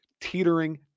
teetering